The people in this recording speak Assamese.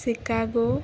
চিকাগো